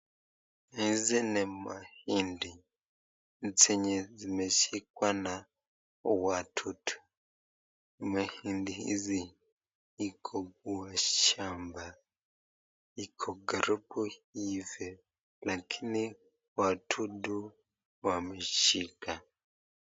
Hizi ni mahindi zenye zimeshikwa na wadudu. Mahindi hizi iko kwa shamba iko karibu iive lakini wadudu wameshika.